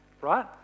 right